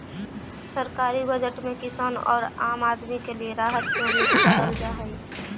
सरकारी बजट में किसान औउर आम आदमी के लिए राहत के उम्मीद करल जा हई